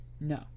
No